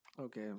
Okay